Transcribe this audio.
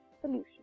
solution